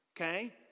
okay